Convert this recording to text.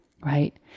right